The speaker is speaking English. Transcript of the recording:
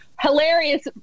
hilarious